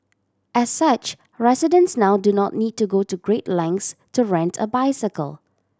as such residents now do not need to go to great lengths to rent a bicycle